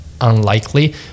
unlikely